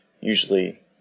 usually